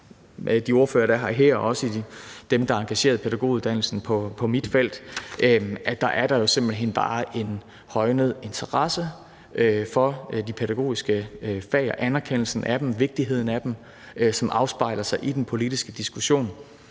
de ordførere, der er her, og også med dem, der er engagerede i pædagoguddannelsen på mit felt, synes, man kan se, at der simpelt hen bare er en højnet interesse for de pædagogiske fag, for anerkendelsen af dem og for vigtigheden af dem. Det afspejler sig i den politiske diskussion.